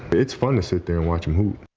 it's fun to sit there watching who.